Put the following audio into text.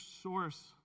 source